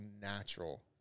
natural